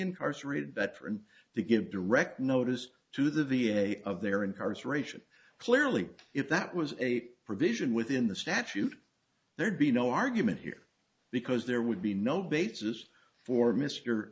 incarcerated better and to give direct notice to the v a of their incarceration clearly if that was a provision within the statute there'd be no argument here because there would be no basis for